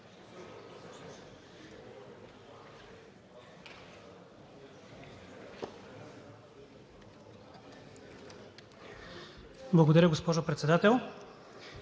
Благодаря, госпожо Председател.